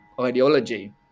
ideology